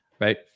Right